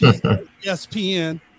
ESPN